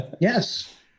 yes